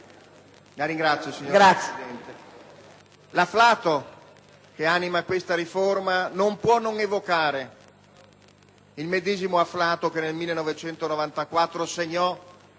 La ringrazio, signora Presidente.